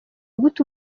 gute